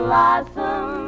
Blossom